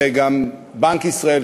וגם בנק ישראל,